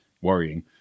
worrying